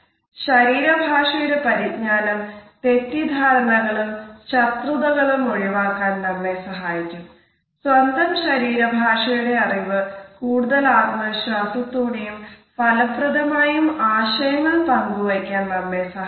ശരീര ഭാഷയുടെ പരിജ്ഞാനം തെറ്റിദ്ധാരണകളും ശത്രുതകളും ഒഴിവാക്കാൻ നമ്മെ സഹായിക്കും